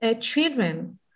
children